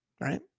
Right